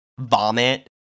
vomit